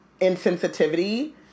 insensitivity